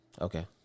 Okay